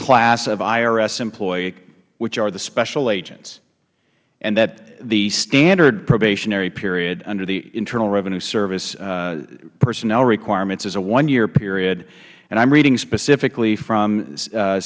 class of irs employees which are the special agents and that the standard probationary period under the internal revenue service personnel requirements is a one year period i am reading specifically from